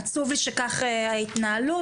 עצוב לי שזו ההתנהלות.